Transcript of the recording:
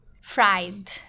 Fried